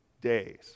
days